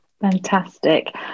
Fantastic